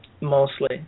mostly